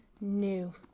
new